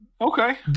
Okay